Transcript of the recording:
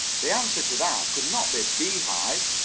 the answer to that could not be bee-hive.